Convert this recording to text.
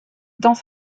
dans